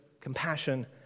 compassion